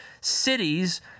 cities